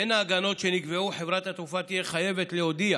בין ההגנות שנקבעו, חברת התעופה תהיה חייבת להודיע